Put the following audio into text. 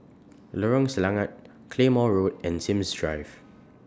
Lorong Selangat Claymore Road and Sims Drive